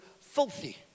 filthy